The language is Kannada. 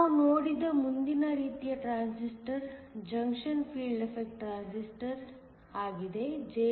ನಾವು ನೋಡಿದ ಮುಂದಿನ ರೀತಿಯ transistor junction field effect transistor ಆಗಿದೆ